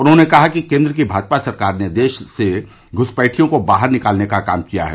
उन्होंने कहा कि केन्द्र की भाजपा सरकार ने देश से घुसपैठियों को बाहर निकालने का काम किया है